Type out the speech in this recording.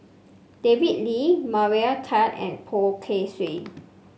David Lee Meira Chand and Poh Kay Swee